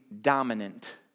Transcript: dominant